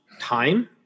time